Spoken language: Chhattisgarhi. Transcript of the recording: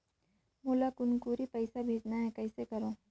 मोला कुनकुरी पइसा भेजना हैं, कइसे करो?